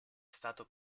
stato